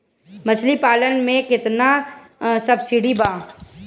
मछली पालन मे केतना सबसिडी बा?